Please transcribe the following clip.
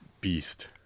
Beast